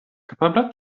kapabla